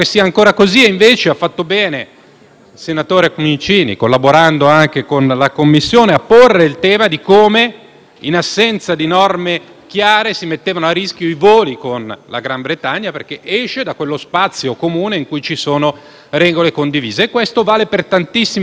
senatore Comincini, collaborando con la Commissione, a porre ad esempio il tema di come, in assenza di norme chiare, si metteranno a rischio i voli con il Regno Unito, che uscirebbe dallo spazio comune, in cui ci sono regole condivise. Questo vale per tantissimi altri esempi che potremmo fare.